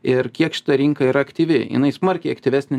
ir kiek šita rinka yra aktyvi jinai smarkiai aktyvesnė